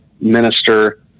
minister